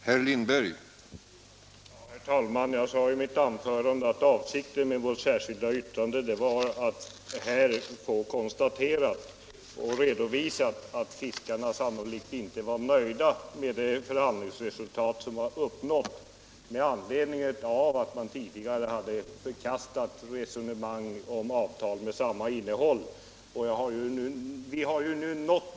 Herr talman! Jag sade att avsikten med vårt särskilda yttrande var att här få konstaterat och redovisat att fiskarna sannolikt inte var nöjda med det uppnådda förhandlingsresultatet, eftersom de tidigare förkastat ett avtalsförslag med samma innehåll.